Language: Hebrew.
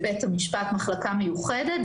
בבתי המשפט מחלקה מיוחדת.